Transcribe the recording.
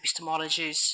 epistemologies